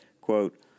quote